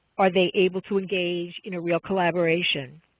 are they able to engage in a real collaboration?